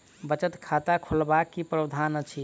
बचत खाता खोलेबाक की प्रावधान अछि?